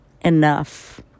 enough